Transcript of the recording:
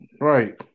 Right